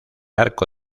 arco